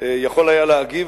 יכול היה להגיב,